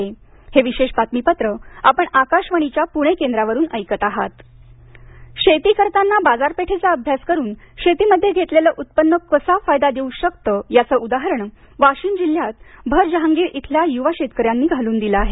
फूलशेती शेती करतांना बाजार पेठेचा अभ्यास करून शेती मध्ये घेतलेलं उत्पन्न कसा फायदा देऊ शकतं याचं उदाहरण वाशिम जिल्ह्यात भर जहांगीर इथल्या युवा शेतकऱ्यांनी घालून दिलं आहे